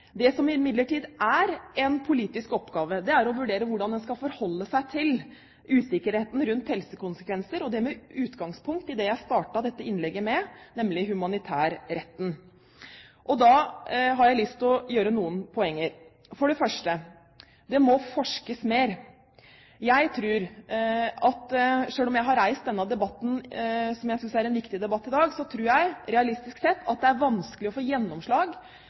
Det som imidlertid er en politisk oppgave, er å vurdere hvordan en skal forholde seg til usikkerheten rundt helsekonsekvenser, og det med utgangspunkt i det jeg startet dette innlegget med, nemlig humanitærretten. Da har jeg lyst til å gjøre noen poenger. For det første: Det må forskes mer. Jeg tror – selv om jeg har reist denne debatten i dag, som jeg synes er en viktig debatt – at det realistisk sett er vanskelig å få gjennomslag